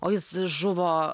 o jis žuvo